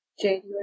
January